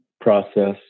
process